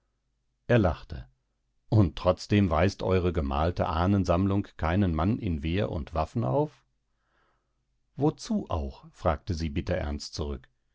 er lachte und trotzdem weist eure gemalte ahnensammlung keinen mann in wehr und waffen auf wozu auch fragte sie bitterernst zurück